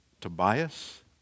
Tobias